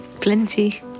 plenty